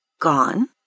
Gone